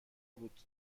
بود